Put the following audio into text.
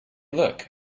look